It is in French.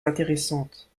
intéressante